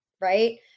right